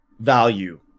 value